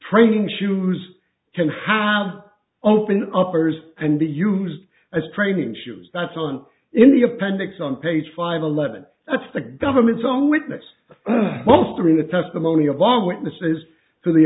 praying shoes can have open uppers and be used as training shoes that's on in the appendix on page five eleven that's the government's own witness mustering the testimony of our witnesses to the